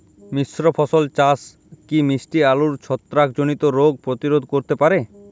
মিশ্র ফসল চাষ কি মিষ্টি আলুর ছত্রাকজনিত রোগ প্রতিরোধ করতে পারে?